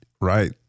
right